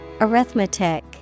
Arithmetic